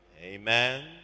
Amen